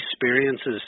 experiences